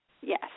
Yes